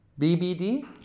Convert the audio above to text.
BBD